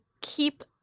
keep